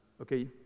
okay